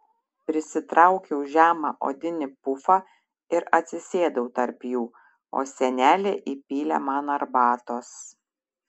prisitraukiau žemą odinį pufą ir atsisėdau tarp jų o senelė įpylė man arbatos